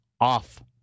off